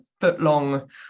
foot-long